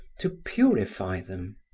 to purify them.